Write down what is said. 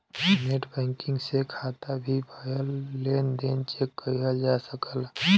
net banking से खाता में भयल लेन देन चेक किहल जा सकला